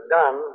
done